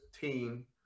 team